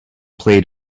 played